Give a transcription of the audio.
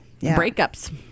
Breakups